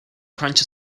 crunch